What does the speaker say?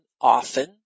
often